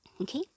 Okay